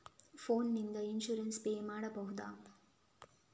Phone ನಿಂದ insurance pay ಮಾಡಬಹುದ?